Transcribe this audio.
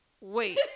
wait